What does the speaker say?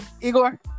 Igor